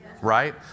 right